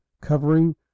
covering